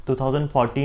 2014